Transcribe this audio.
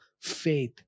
faith